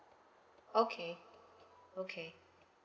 okay okay